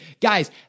guys